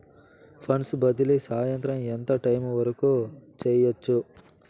funds బదిలీ సాయంత్రం ఎంత టైము వరకు చేయొచ్చు